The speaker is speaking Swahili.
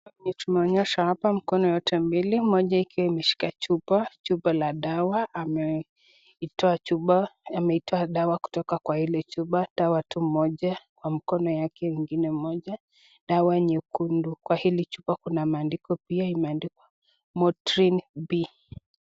Tumeonyeshwa hapa, mikono yote mbili, mkono moja iliyoshika dawa, chupa la dawa ameitoa dawa kutoka kwa ile chupa, dawa tu moja kwa mkono yake ingine moja, dawa nyekundu, kwa hili chupa kuna maandiko pia imeandikwa , imeandikwa motrin b .